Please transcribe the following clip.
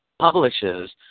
publishes